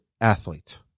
athlete